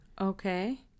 Okay